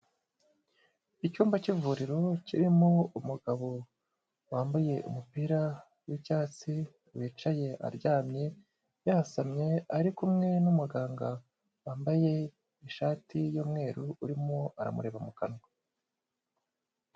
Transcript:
Icyumba cy'ivuriro kirimo umugabo wambaye umupira w'icyatsi wicaye, aryamye yasamye, ari kumwe n'umuganga wambaye ishati y'umweru, urimo aramureba mu kanwa.